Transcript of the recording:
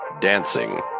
Dancing